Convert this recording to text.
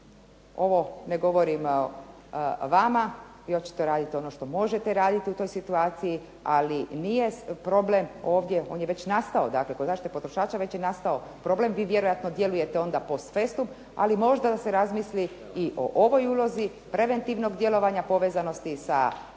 ovo ne govorim vama, vi očito radite ono što možete raditi u toj situaciji, ali nije problem ovdje, on je već nastao dakle kod zaštite potrošača već je nastao problem, vi vjerojatno djelujete onda post festum, ali možda da se razmisli i o ovoj ulozi preventivnog djelovanja povezanosti sa carinskom